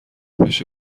بشه